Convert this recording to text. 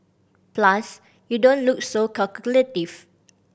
plus you don't look so calculative